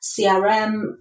CRM